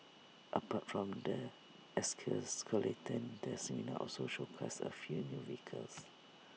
apart from the exoskeleton the seminar also showcased A few new vehicles